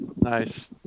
Nice